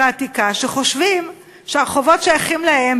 העתיקה שחושבים שהרחובות שייכים להם,